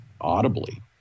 audibly